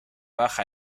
baja